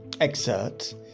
excerpt